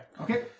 Okay